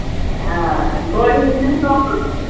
گۄڈٕ یہِ چھُنہٕ